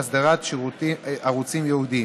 אסדרת ערוצים ייעודיים),